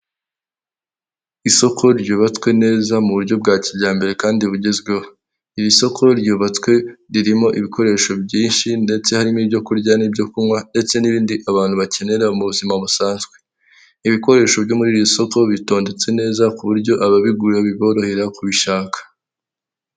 Hano ni muri supamaketi, amatara ari kwaka. Harimo etajeri nyinshi ziriho ibicuruzwa bitandukanye. Ndahabona urujya n'uruza rw'abantu, barimo guhaha.